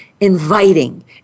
Inviting